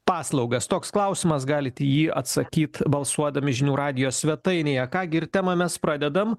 paslaugas toks klausimas galit į jį atsakyt balsuodami žinių radijo svetainėje ką gi ir temą mes pradedam